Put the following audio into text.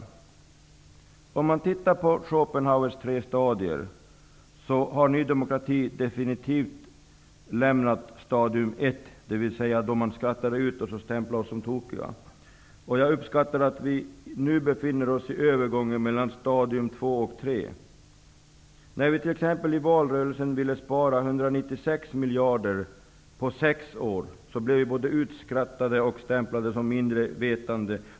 Om man tittar på Schopenhauers tre stadier, finner man att Ny demokrati definitivt har lämnat stadium 1. Jag uppskattar att vi nu befinner oss i övergången mellan stadierna 2 och 3. När vi t.ex. i valrörelsen ville spara 196 miljarder på sex år, blev vi både utskrattade och stämplade som mindre vetande.